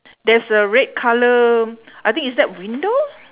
there's a red colour I think is that window